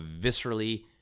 viscerally